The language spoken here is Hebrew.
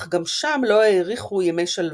אך גם שם לא האריכו ימי שלוותם,